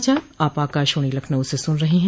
यह समाचार आप आकाशवाणी लखनऊ से सुन रहे हैं